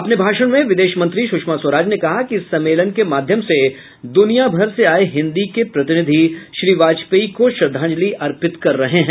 अपने भाषण में विदेश मंत्री सुषमा स्वराज ने कहा कि इस सम्मेलन के माध्यम से दुनियाभर से आए हिन्दी के प्रतिनिधि श्री वाजपेयी को श्रद्धांजलि अर्पित कर रहे हैं